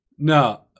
No